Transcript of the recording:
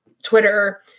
Twitter